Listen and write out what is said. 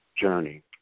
journey